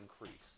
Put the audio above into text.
increase